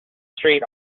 street